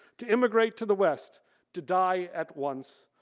to immigrate to the west to die at once.